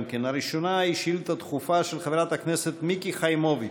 הראשונה היא שאילתה דחופה של חברת הכנסת מיקי חיימוביץ'.